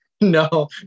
no